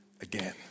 again